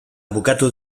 bukatu